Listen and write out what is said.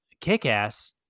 kick-ass